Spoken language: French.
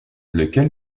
lequel